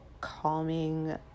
calming